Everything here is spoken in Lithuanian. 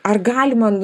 ar galima